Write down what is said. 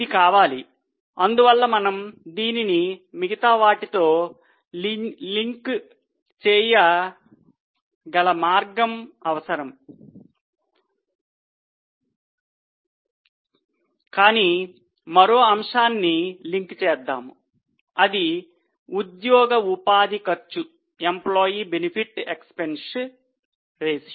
ఇది కావాలి అందువల్ల మనము దీనిని మిగతా వాటితో లింక్ చేయగల మార్గం అవసరం కానీ మరో అంశాన్ని లింక్ చేద్దాం అది ఉద్యోగి ఉపాధి ఖర్చు నిష్పత్తి